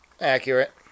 Accurate